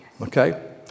okay